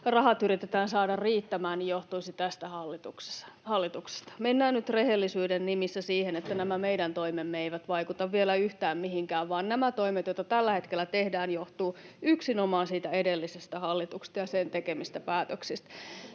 rahat yritetään saada riittämään, johtuisivat tästä hallituksesta. Mennään nyt rehellisyyden nimissä siihen, että nämä meidän toimemme eivät vaikuta vielä yhtään mihinkään, vaan nämä toimet, joita tällä hetkellä tehdään, johtuvat yksinomaan edellisestä hallituksesta ja sen tekemistä päätöksistä.